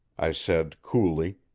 i said coolly,